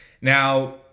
Now